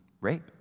rape